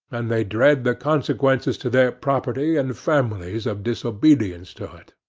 and they dread the consequences to their property and families of disobedience to it.